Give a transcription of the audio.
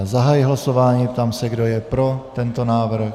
Zahajuji hlasování a ptám se, kdo je pro tento návrh.